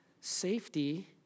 safety